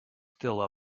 still